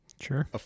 sure